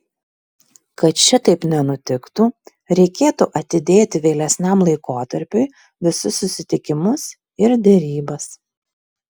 kad šitaip nenutiktų reikėtų atidėti vėlesniam laikotarpiui visus susitikimus ir derybas